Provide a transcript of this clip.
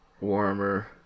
warmer